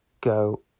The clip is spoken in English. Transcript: go